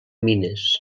mines